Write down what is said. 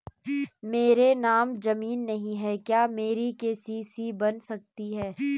मेरे नाम ज़मीन नहीं है क्या मेरी के.सी.सी बन सकती है?